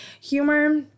humor